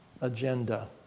agenda